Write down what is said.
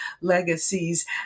legacies